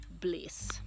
bliss